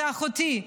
זו אחותי,